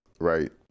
Right